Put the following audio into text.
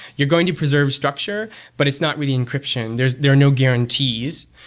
you're going to preserve structure but it's not really encryption. there there are no guarantees.